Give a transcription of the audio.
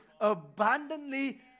abundantly